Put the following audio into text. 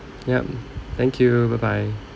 yup thank you bye bye